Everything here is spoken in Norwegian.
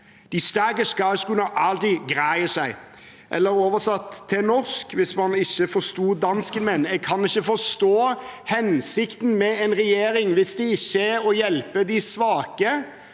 De stærke skal s’gu nok klare sig.». Eller oversatt til norsk, hvis man ikke forsto dansken min: Jeg kan ikke forstå hensikten med en regjering hvis det ikke er for å hjelpe de svake.